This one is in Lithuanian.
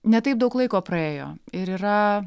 ne taip daug laiko praėjo ir yra